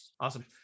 Awesome